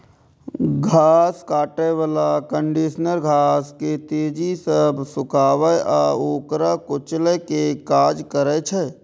घास काटै बला कंडीशनर घास के तेजी सं सुखाबै आ ओकरा कुचलै के काज करै छै